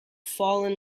fallen